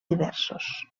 diversos